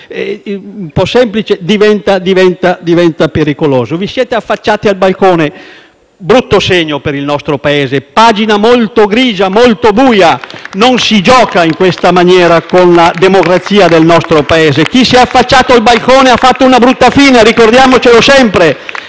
gente semplice può diventare pericoloso. Vi siete affacciati al balcone. È un brutto segno per il nostro Paese, una pagina molto grigia e buia. *(Applausi dal Gruppo FI-BP)*. Non si gioca in questa maniera con la democrazia del nostro Paese. Chi si è affacciato al balcone ha fatto una brutta fine, ricordiamocelo sempre.